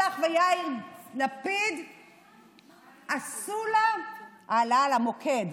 עפר שלח ויאיר לפיד עשו לה העלאה למוקד,